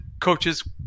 coaches